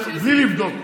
בלי לבדוק,